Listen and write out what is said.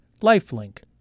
lifelink